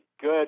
good